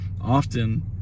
often